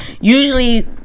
Usually